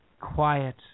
Quiet